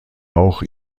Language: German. auch